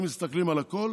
אם מסתכלים על הכול,